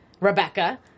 rebecca